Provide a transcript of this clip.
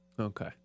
Okay